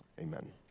amen